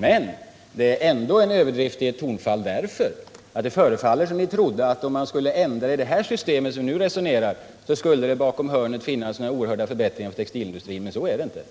Men det är ändå en överdrift i ert tonfall, därför att det förefaller som om ni trodde att om man skulle ändra i det här systemet, så skulle det bakom hörnet finnas oerhörda förbättringar för textilindustrin. Men så är det inte.